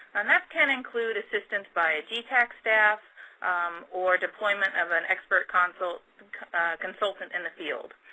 and that can include assistance by dtac staff or deployment of an expert consultant consultant in the field.